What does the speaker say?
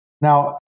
Now